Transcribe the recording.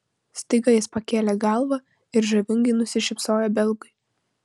staiga jis pakėlė galvą ir žavingai nusišypsojo belgui